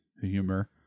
humor